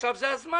עכשיו זה הזמן.